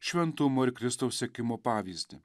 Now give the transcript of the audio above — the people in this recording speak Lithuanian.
šventumo ir kristaus sekimo pavyzdį